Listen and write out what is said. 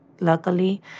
luckily